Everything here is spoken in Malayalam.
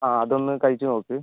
അതെ അതൊന്ന് കഴിച്ച് നോക്ക്